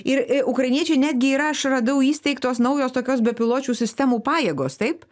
ir ukrainiečiai netgi yra aš radau įsteigtos naujos tokios bepiločių sistemų pajėgos taip